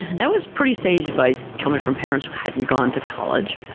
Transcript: that was pretty sage advice coming from parents who hadn't gone to college.